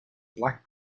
black